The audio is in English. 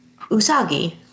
Usagi